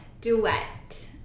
duet